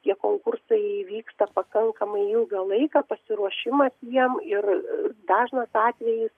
tie konkursai vyksta pakankamai ilgą laiką pasiruošimas jiem ir dažnas atvejis